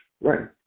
right